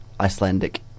Icelandic